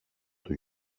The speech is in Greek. του